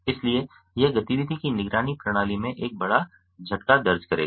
इसलिए यह गतिविधि की निगरानी प्रणाली में एक बड़ा झटका दर्ज करेगा